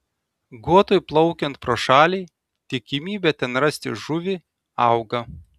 guotui plaukiant pro šalį tikimybė ten rasti žuvį auga